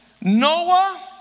Noah